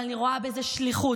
אבל אני רואה בזה שליחות,